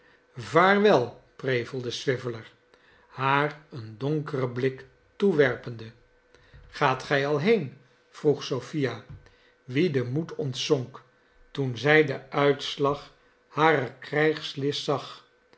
vaarwel i prevelde swiveller haar een donkeren blik toewerpende gaat gij al heen vroeg sophia wie de moed ontzonk toen zij den uitslag harer krijgslist zag